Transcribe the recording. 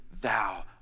thou